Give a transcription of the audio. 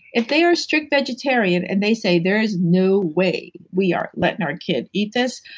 if they are strict vegetarian and they say there is no way we are letting our kid eat this,